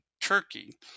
Turkey